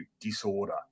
disorder